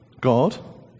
God